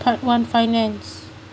part one finance